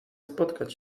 spotkać